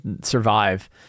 survive